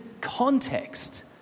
context